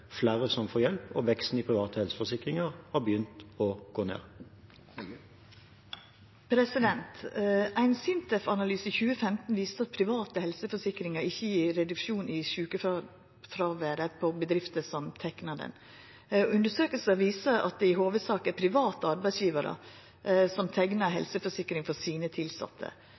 som får hjelp. Veksten i private helseforsikringer har begynt å gå ned. Ein SINTEF-analyse i 2015 viste at private helseforsikringar ikkje gav reduksjon i sjukefråværet i bedrifter som teikna dei. Undersøkingar viser at det i hovudsak er private arbeidsgjevarar som teiknar helseforsikring for sine tilsette. Er statsråden uroa for at tilsette i offentleg sektor skal få dårlegare tilbod enn tilsette